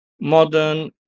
modern